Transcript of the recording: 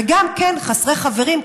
וגם חסרי חברים,